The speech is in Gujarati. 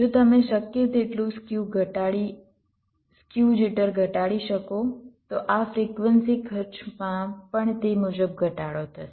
જો તમે શક્ય તેટલું સ્ક્યુ જિટર ઘટાડી શકો તો આ ફ્રિક્વન્સી ખર્ચમાં પણ તે મુજબ ઘટાડો થશે